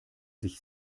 dich